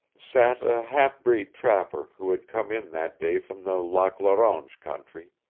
sat a half-breed trapper who had come in that day from the lac la ronge country,